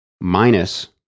minus